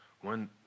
One